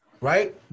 right